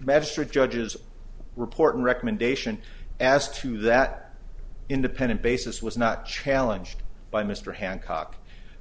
measured judge's report and recommendation as to that independent basis was not challenged by mr hancock